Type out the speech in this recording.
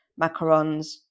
macarons